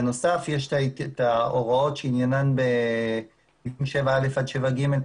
בנוסף יש את ההוראות שעניינן מסעיף 7(א) עד 7(ג),